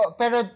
pero